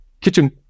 kitchen